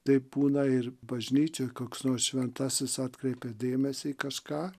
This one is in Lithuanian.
taip būna ir bažnyčioj koks nors šventasis atkreipia dėmesį į kažką